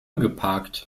geparkt